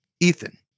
Ethan